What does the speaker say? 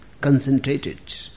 concentrated